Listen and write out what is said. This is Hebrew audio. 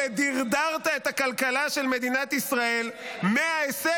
-- שדרדרת את הכלכלה של מדינת ישראל מההישג